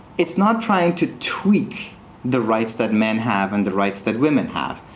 it's not trying to tweak the rights that men have and the rights that women have,